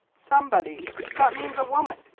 somebody that means a woman.